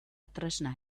tresna